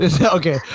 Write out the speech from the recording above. Okay